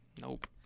nope